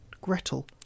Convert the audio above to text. Gretel